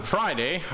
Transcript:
Friday